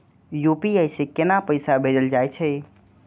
UPI से केना पैसा भेजल जा छे?